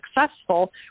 successful